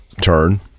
turn